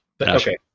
Okay